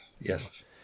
yes